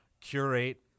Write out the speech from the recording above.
curate